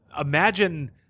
imagine